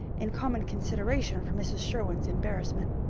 in common consideration for mrs. sherwin's embarrassment.